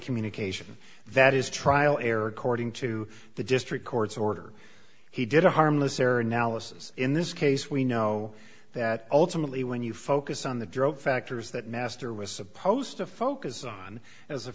communication that is trial error according to the district court's order he did a harmless error analysis in this case we know that ultimately when you focus on the drug factors that master was supposed to focus on as a